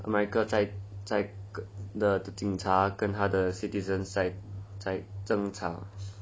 america 在在的警察跟它的 citizens 在在争吵